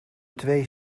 twee